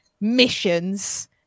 missions